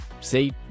See